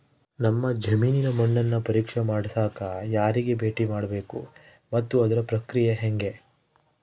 ನಮ್ಮ ಜಮೇನಿನ ಮಣ್ಣನ್ನು ಪರೇಕ್ಷೆ ಮಾಡ್ಸಕ ಯಾರಿಗೆ ಭೇಟಿ ಮಾಡಬೇಕು ಮತ್ತು ಅದರ ಪ್ರಕ್ರಿಯೆ ಹೆಂಗೆ?